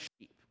sheep